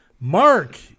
Mark